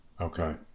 Okay